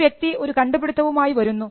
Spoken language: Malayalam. ഒരു വ്യക്തി ഒരു കണ്ടുപിടുത്തവുമായി വരുന്നു